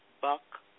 Buck